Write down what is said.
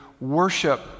Worship